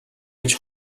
ээж